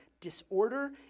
disorder